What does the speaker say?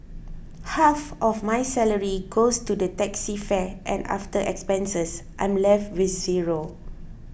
half of my salary goes to the taxi fare and after expenses I'm left with zero